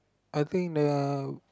I think the